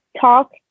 talk